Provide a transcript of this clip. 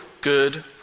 good